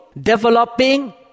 developing